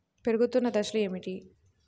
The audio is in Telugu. పెరుగుతున్న దశలు ఏమిటి?